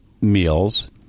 meals